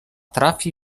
trafi